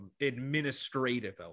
administrative